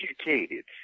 educated